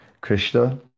Krishna